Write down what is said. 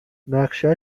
نقشت